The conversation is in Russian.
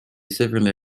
северной